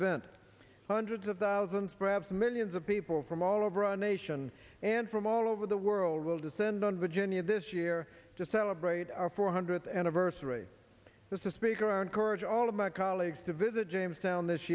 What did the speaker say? event hundreds of thousands perhaps millions of people from all over our nation and from all over the world will descend on virginia this year to celebrate our four hundredth anniversary this is speaker are encourage all of my colleagues to visit jamestown this